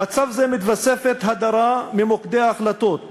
למצב זה מתווספים הדרה ממוקדי ההחלטות,